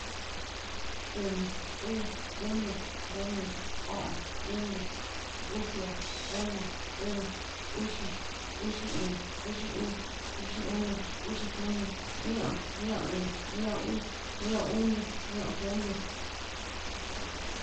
Oon, uu, oni, komi, o'on, iño, uxia, ona, óón, uxi, uxi oon, uxi uu, uxi oni, uxi komi, ñeon, ñeon oon, ñeon uu, ñeon oni, ñeon komi.